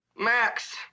max